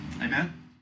Amen